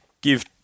give